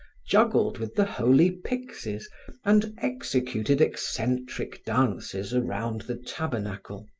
juggled with the holy pyxes and executed eccentric dances around the tabernacle.